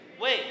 Wait